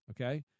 Okay